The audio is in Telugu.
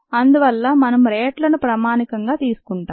అందువల్ల మనము రేట్లను ప్రమాణికంగా తీసుకుంటాం